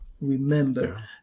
remember